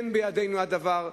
כן, בידינו הדבר.